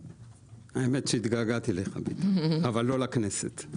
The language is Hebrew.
האמת שהתגעגעתי אליך ביטן, אבל לא לכנסת.